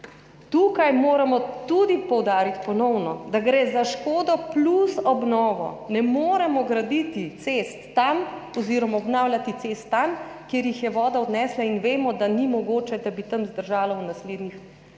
Tukaj moramo tudi ponovno poudariti, da gre za škodo plus obnovo. Ne moremo graditi oziroma obnavljati cest tam, kjer jih je voda odnesla in vemo, dani mogoče, da bi tam zdržale v naslednjih desetletjih,